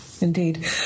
indeed